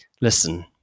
listen